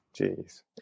Jeez